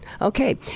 Okay